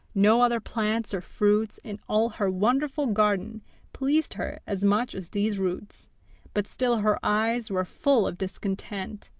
no other plants or fruits in all her wonderful garden pleased her as much as these roots but still her eyes were full of discontent.